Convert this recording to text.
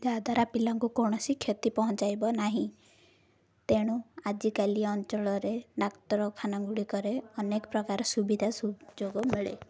ଯାହାଦ୍ୱାରା ପିଲାଙ୍କୁ କୌଣସି କ୍ଷତି ପହଞ୍ଚାଇବ ନାହିଁ ତେଣୁ ଆଜିକାଲି ଅଞ୍ଚଳରେ ଡାକ୍ତରଖାନା ଗୁଡ଼ିକରେ ଅନେକ ପ୍ରକାର ସୁବିଧା ସୁଯୋଗ ମିଳେ